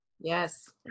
Yes